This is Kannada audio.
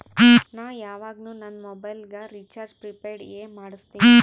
ನಾ ಯವಾಗ್ನು ನಂದ್ ಮೊಬೈಲಗ್ ರೀಚಾರ್ಜ್ ಪ್ರಿಪೇಯ್ಡ್ ಎ ಮಾಡುಸ್ತಿನಿ